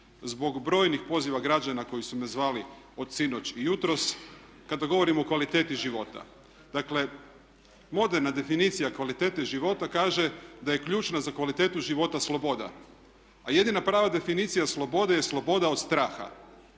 Zbog brojnih poziva građana koji su me zvali od sinoć i jutros, kada govorimo o kvaliteti života, dakle moderna definicija kvalitete života kaže da je ključna za kvalitetu života sloboda. A jedina prava definicija slobode je sloboda od straha,